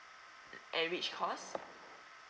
and which course